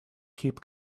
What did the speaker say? keep